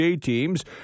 teams